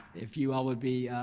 if you all would be,